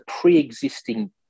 pre-existing